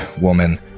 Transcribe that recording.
woman